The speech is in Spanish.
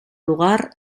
lugar